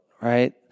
right